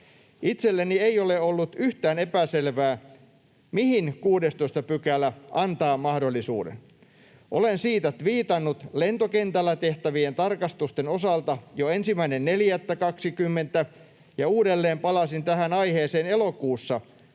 Itselleni ei ole ollut yhtään epäselvää, mihin 16 § antaa mahdollisuuden. Olen siitä tviitannut lentokentällä tehtävien tarkastusten osalta jo 1.4.20, ja uudelleen palasin tähän aiheeseen elokuussa,